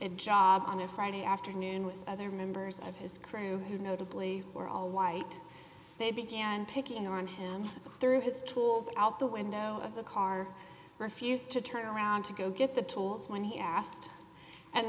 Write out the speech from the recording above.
a job on a friday afternoon with other members of his crew who notably were all white they began picking on him through his tools out the window of the car refused to turn around to go get the tools when he asked and